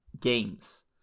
games